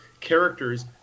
characters